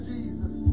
Jesus